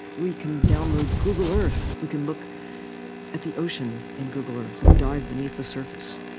we can download google earth. we can look at the ocean in google earth and dive beneath the surface.